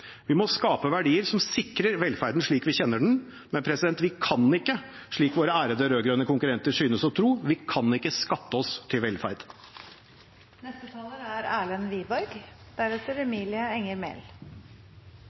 Vi må skape verdier som sikrer velferden slik vi kjenner den. Men vi kan ikke, slik våre ærede rød-grønne konkurrenter synes å tro, skatte oss til velferd. Det har vært og er